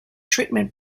treatment